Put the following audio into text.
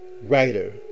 writer